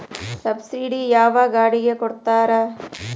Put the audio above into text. Subsidy ಯಾವ ಗಾಡಿಗೆ ಕೊಡ್ತಾರ?